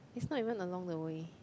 is not even along the way